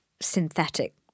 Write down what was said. synthetic